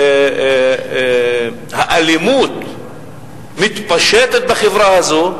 אם האלימות מתפשטת בחברה הזאת,